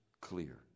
clear